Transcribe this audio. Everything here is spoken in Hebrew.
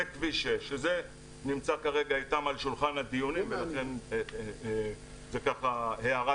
זה כביש 6. זה נמצא כרגע איתם על שולחן הדיונים ולכן זו הערת